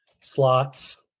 slots